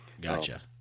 Gotcha